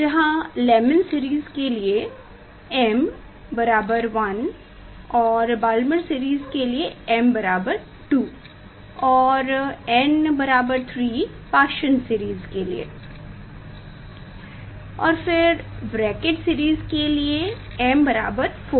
जहाँ Lyman series के लिए m बराबर 1 और बाल्मर सीरीज़ के लिए m बराबर 2 और m बराबर 3 पाश्चन सीरीज़ के लिए और ब्रैकेट सिरीज़ के लिए m बराबर 4